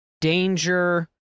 danger